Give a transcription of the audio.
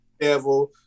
devil